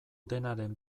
denaren